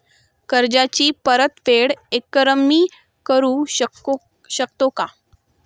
कर्जाची परतफेड एकरकमी करू शकतो का?